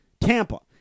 Tampa